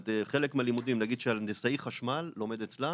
נגיד שהנדסאי חשמל לומד אצלה,